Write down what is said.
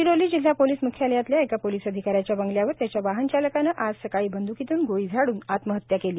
गडचिरोली जिल्हा पोलीस म्ख्यालयातल्या एका पोलीस अधिकाऱ्याच्या बंगल्यावर त्याच्या वाहनचालकनं आज सकाळी बंद्कीतून गोळी झाडून आत्महत्या केली